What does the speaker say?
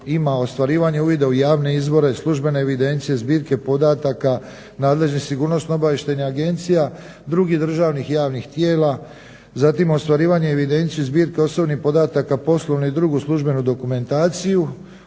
ima ostvarivanje uvida u javne izvore, službene evidencije, zbirke podataka, nadležne sigurnosno-obavještajnih agencija, drugih državnih i javnih tijela, zatim ostvarivanje evidencije zbirke osobnih podataka, poslovnu i drugu službenu dokumentaciju,